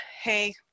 hey